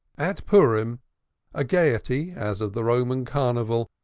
at purim a gaiety, as of the roman carnival,